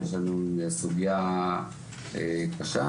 יש לנו סוגיה קשה,